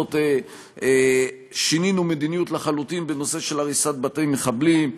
זאת שינינו מדיניות בנושא של הריסת בתי מחבלים.